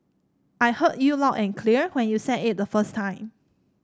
I heard you loud and clear when you said it the first time